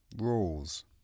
rules